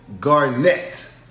Garnett